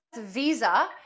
visa